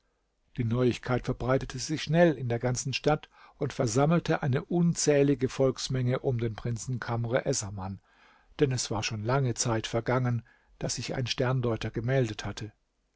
die neuigkeit verbreitete sich schnell in der ganzen stadt und versammelte eine unzählige volksmenge um den prinzen kamr essaman denn es war schon lange zeit vergangen daß sich ein sterndeuter gemeldet hatte